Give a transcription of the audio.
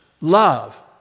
love